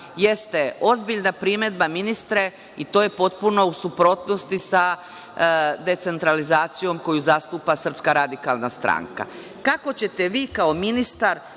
jeste ozbiljna primedba ministre i to je potpuno u suprotnosti sa decentralizacijom koju zastupa SRS.Kako ćete vi kao ministar